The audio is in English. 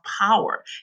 power